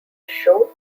show